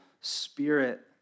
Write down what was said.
spirit